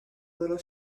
little